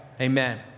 Amen